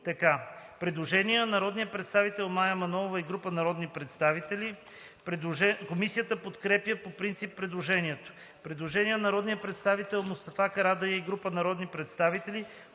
Предложение на народния представител Мая Манолова и група народни представители. Комисията подкрепя по принцип предложението. Предложение на народния представител Мустафа Карадайъ и група народни представители.